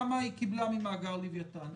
כמה היא קיבלה ממאגר "לוויתן".